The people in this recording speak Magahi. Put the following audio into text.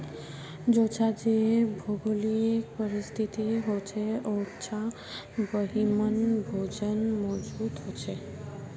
जेछां जे भौगोलिक परिस्तिथि होछे उछां वहिमन भोजन मौजूद होचे